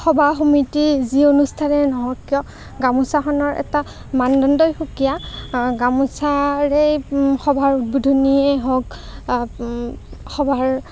সভা সমিতি যি অনুষ্ঠানেই নহওক কিয় গামোছাখনৰ এটা মানদণ্ডই সুকীয়া গামোছাৰেই সভাৰ উদ্বোধনীয়েই হওক সভাৰ